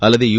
ಅಲ್ಲದೆ ಯು